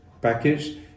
package